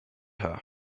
her